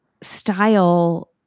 style